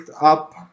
up